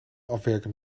afwerken